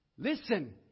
Listen